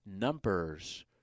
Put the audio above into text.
Numbers